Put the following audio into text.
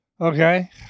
Okay